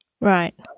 Right